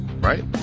Right